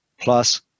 plus